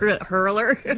Hurler